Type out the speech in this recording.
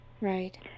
Right